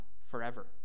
forever